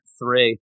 Three